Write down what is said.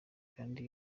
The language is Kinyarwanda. kandi